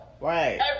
Right